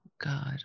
God